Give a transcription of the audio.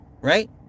right